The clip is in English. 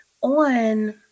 on